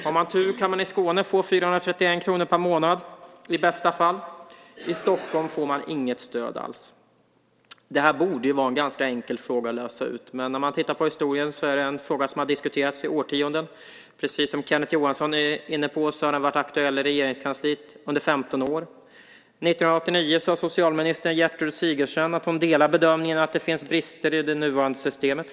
Har man tur kan man i Skåne få 431 kr per månad, i bästa fall. I Stockholm får man inget stöd alls. Det här borde vara en ganska enkel fråga att lösa. Men när man tittar på historien ser man att det är en fråga som har diskuterats i årtionden. Precis som Kenneth Johansson är inne på har den varit aktuell i Regeringskansliet under 15 år. År 1989 sade socialminister Gertrud Sigurdsen att hon delar bedömningen att det finns brister i det nuvarande systemet.